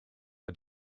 are